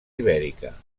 ibèrica